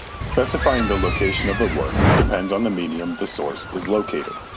specifying the location of a work depends on the medium the source is located.